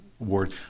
award